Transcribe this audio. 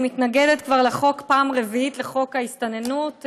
אני מתנגדת כבר פעם רביעית לחוק ההסתננות.